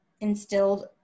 instilled